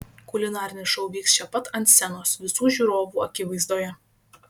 kulinarinis šou vyks čia pat ant scenos visų žiūrovų akivaizdoje